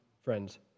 friends